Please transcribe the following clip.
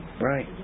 right